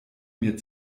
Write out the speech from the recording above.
mir